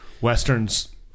Westerns